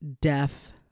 deaf